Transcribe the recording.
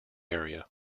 area